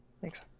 thanks